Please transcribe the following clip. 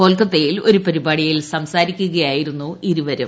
കൊൽക്കത്തയിൽ ഒരു പരിപാടിയിൽ സംസാരിക്കുകയായിരുന്നു ഇരുവരും